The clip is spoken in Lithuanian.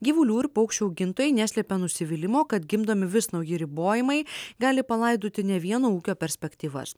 gyvulių ir paukščių augintojai neslepia nusivylimo kad gimdomi vis nauji ribojimai gali palaidoti ne vieno ūkio perspektyvas